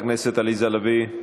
חברת הכנסת עליזה לביא,